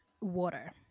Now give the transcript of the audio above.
water